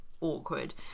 awkward